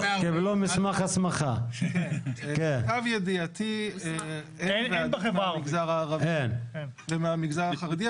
למיטב ידעתי אין במגזר הערבי ומהמגזר החרדי,